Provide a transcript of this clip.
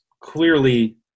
clearly